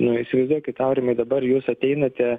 nu įsivaizduokit aurimai dabar jūs ateinate